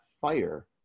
fire